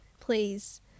Please